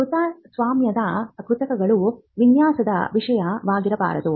ಕೃತಿಸ್ವಾಮ್ಯದ ಕೃತಿಗಳು ವಿನ್ಯಾಸದ ವಿಷಯವಾಗಿರಬಾರದು